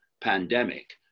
pandemic